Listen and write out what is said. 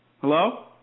Hello